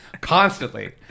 Constantly